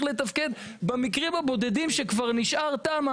לתפקד במקרים הבודדים שכבר נשאר תמ"א,